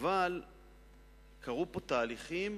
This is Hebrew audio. אבל קרו פה תהליכים